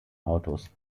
autos